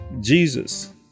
Jesus